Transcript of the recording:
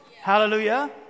Hallelujah